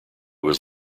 was